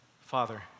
Father